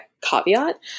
caveat